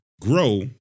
grow